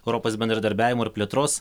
europos bendradarbiavimo ir plėtros